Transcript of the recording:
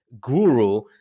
guru